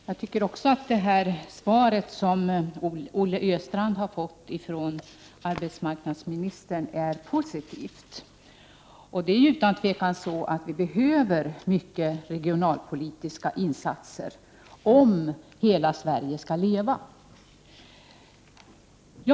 Herr talman! Också jag tycker att det svar som Olle Östrand har fått från arbetsmarknadsministern är positivt. Det behövs otvivelaktigt stora regionalpolitiska insatser för att hela Sverige skall kunna leva.